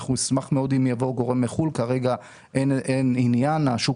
נשמח מאוד אם יבוא גורם מחוץ לארץ אבל כרגע אין עניין והשוק